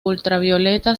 ultravioleta